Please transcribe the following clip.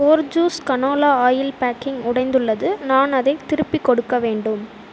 Bourjois canola oil packing உடைந்துள்ளது நான் அதை திருப்பி கொடுக்க வேண்டும்